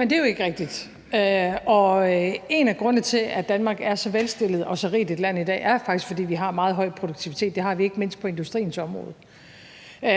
Det er jo ikke rigtigt, og en af grundene til, at Danmark er så velstillet og så rigt et land i dag, er faktisk, fordi vi har en meget høj produktivitet. Det har vi ikke mindst på industriens område,